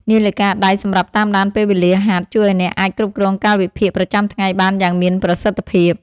នាឡិកាដៃសម្រាប់តាមដានពេលវេលាហាត់ ជួយឱ្យអ្នកអាចគ្រប់គ្រងកាលវិភាគប្រចាំថ្ងៃបានយ៉ាងមានប្រសិទ្ធភាព។